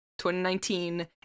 2019